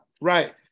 Right